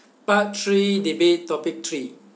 part three debate topic three